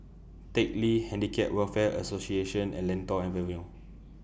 Teck Lee Handicap Welfare Association and Lentor Avenue